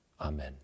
Amen